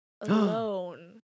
alone